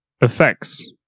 effects